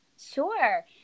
Sure